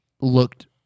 looked